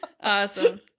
Awesome